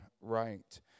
right